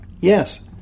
Yes